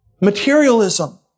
Materialism